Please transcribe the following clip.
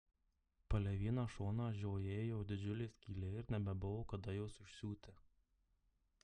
palei vieną šoną žiojėjo didžiulė skylė ir nebebuvo kada jos užsiūti